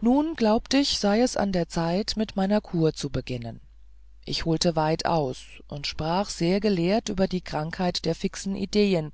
nun glaubt ich sei es an der zeit mit meiner kur zu beginnen ich holte weit aus und sprach sehr gelehrt über die krankheit der fixen ideen